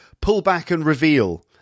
pull-back-and-reveal